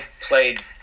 played